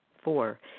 Four